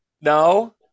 No